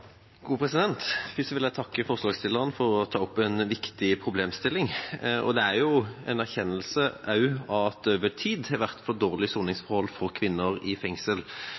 Først vil jeg takke forslagsstilleren for å ta opp en viktig problemstilling. Det er også en erkjennelse av at det over tid har vært for dårlige soningsforhold for kvinner i fengsel.